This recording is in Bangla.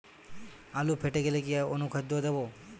আলু ফেটে গেলে কি অনুখাদ্য দেবো?